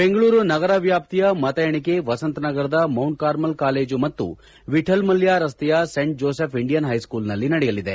ಬೆಂಗಳೂರು ನಗರ ವ್ಯಾಪ್ತಿಯ ಮತ ಎಣಿಕೆ ವಸಂತನಗರದ ಮೌಂಟ್ ಕಾರ್ಮೆಲ್ ಕಾಲೇಜ್ ಮತ್ತು ವಿಠಲ ಮಲ್ಯ ರಸ್ತೆಯ ಸೆಂಟ್ ಜೋಸೆಫ್ ಇಂಡಿಯನ್ ಹೈಸ್ಕೂಲ್ನಲ್ಲಿ ನಡೆಯಲಿದೆ